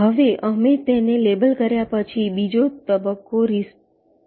હવે અમે તેને લેબલ કર્યા પછી બીજો તબક્કો રીટ્રેસ તબક્કો છે